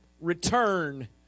return